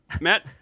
matt